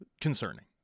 concerning